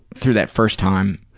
through that first time.